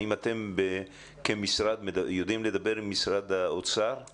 האם אתם כמשרד יודעים לדבר עם משרד האוצר על